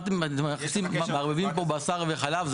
אתם מערבבים כאן בשר וחלב.